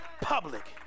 public